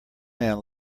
man